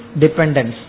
dependence